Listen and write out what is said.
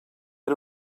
era